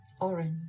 orange